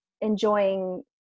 enjoying